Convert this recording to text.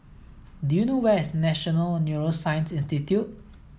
do you know where is National Neuroscience Institute